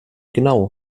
genau